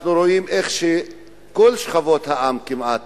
אנחנו רואים איך כל שכבות העם כמעט